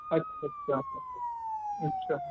اچھا اچھا اچھا